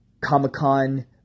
Comic-Con